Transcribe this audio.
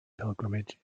pilgrimage